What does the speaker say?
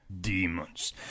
Demons